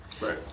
Right